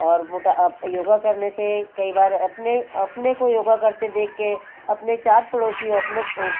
और मोटा योगा करने से कई बार अपने अपने को योगा करते देख के अपने चार पड़ोसी अपने